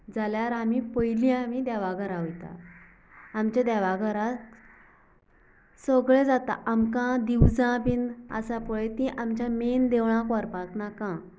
जाल्यार आमी पयलीं आमी देवाघरां वयतां आमच्या देवाघराक सगळें जाता आमकां दिवजां बिन आसा पय ती आमच्या मेन देवळांत व्हरपाक नाका